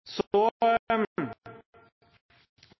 Så